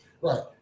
Right